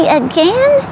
again